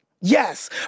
yes